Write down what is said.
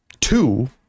Two